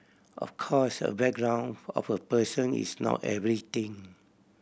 of course a background of a person is not everything